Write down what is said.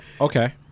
okay